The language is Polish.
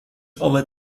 owe